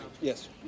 Yes